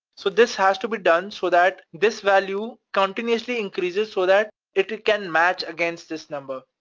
so this has to be done so that this value continuously increases so that it can match against this number,